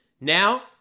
Now